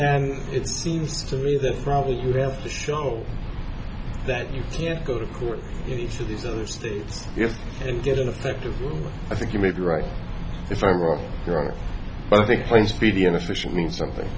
and it seems to me that probably you have to show that you can't go to court each of these other states and get affectively i think you may be right if i go wrong but i think a speedy and efficient means something